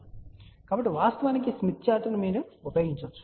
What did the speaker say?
కాబట్టి వాస్తవానికి Smith chart ను ఉపయోగించవచ్చు